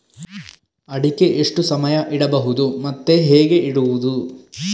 ಅಡಿಕೆ ಎಷ್ಟು ಸಮಯ ಇಡಬಹುದು ಮತ್ತೆ ಹೇಗೆ ಇಡುವುದು?